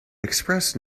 express